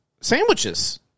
Sandwiches